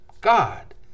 God